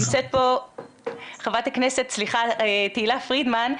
נמצאת פה חברת הכנסת תהלה פרידמן,